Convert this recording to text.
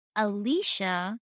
alicia